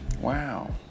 Wow